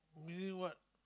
you eat what